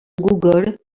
google